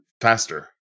faster